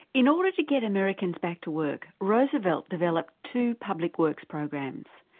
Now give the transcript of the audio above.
in order to get americans back to work, roosevelt developed two public works programs,